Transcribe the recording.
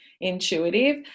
intuitive